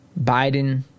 Biden